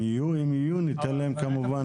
אם יהיו, כמובן